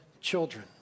children